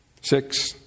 six